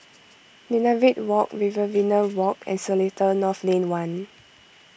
Minaret Walk Riverina Walk and Seletar North Lane one